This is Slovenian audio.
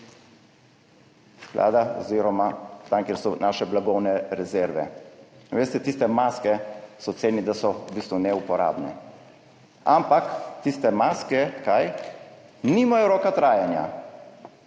sklada oziroma tam, kjer so naše blagovne rezerve. Veste, tiste maske so ocenili, da so v bistvu neuporabne. Ampak tiste maske – kaj? Nimajo roka trajanja.